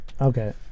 Okay